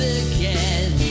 again